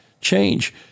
change